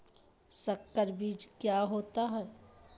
संकर बीज क्या होता है?